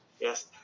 Yes